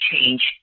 change